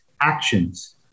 actions